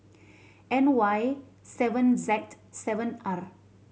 N Y seven seven R